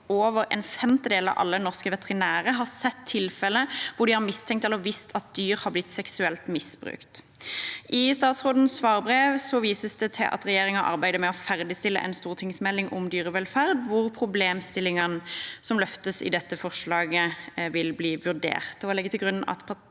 over en femtedel av alle norske veterinærer har sett tilfeller hvor de har mistenkt eller visst at dyr har blitt seksuelt misbrukt. I statsrådens svarbrev vises det til at regjeringen arbeider med å ferdigstille en stortingsmelding om dyrevelferd, hvor problemstillingen som løftes i dette forslaget, vil bli vurdert.